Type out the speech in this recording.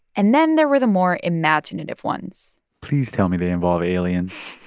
and then there were the more imaginative ones please tell me they involve aliens.